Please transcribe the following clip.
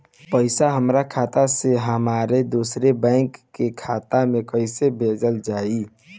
पैसा हमरा खाता से हमारे दोसर बैंक के खाता मे कैसे भेजल जायी?